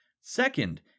Second